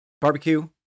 barbecue